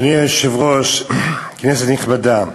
אדוני היושב-ראש, כנסת נכבדה,